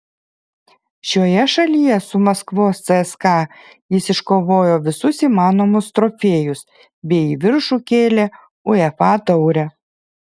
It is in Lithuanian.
šioje šalyje su maskvos cska jis iškovojo visus įmanomus trofėjus bei į viršų kėlė uefa taurę